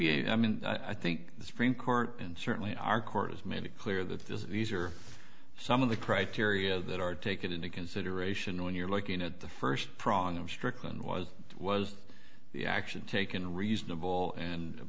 a i mean i think the supreme court and certainly our court has made it clear that this these are some of the criteria that are taken into consideration when you're looking at the first prong of strickland was was the action taken reasonable and